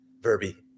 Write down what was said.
Verbi